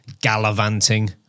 gallivanting